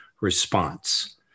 response